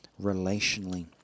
relationally